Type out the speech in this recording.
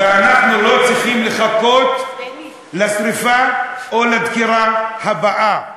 ואנחנו לא צריכים לחכות לשרפה או לדקירה הבאות.